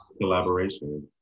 collaboration